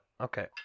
Okay